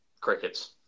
crickets